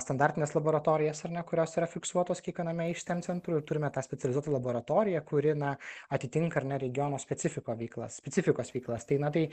standartines laboratorijas ar ne kurios yra fiksuotos kiekviename iš steam centrų ir turime tą specializuotą laboratoriją kuri na atitinka ar ne regiono specifiko veiklas specifikos veiklas tai na tai